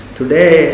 today